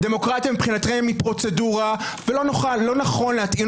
דמוקרטיה מבחינתכם היא פרוצדורה ולא נכון להתאים